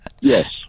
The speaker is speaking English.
Yes